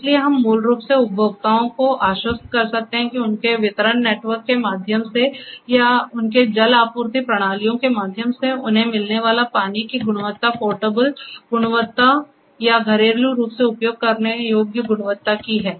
इसलिए हम मूल रूप से उपभोक्ताओं को आश्वस्त कर सकते हैं कि उनके वितरण नेटवर्क के माध्यम से या उनके जल आपूर्ति प्रणालियों के माध्यम से उन्हें मिलने वाली पानी की गुणवत्ता पोर्टेबल गुणवत्ता या घरेलू रूप से उपयोग करने योग्य गुणवत्ता की है